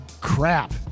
crap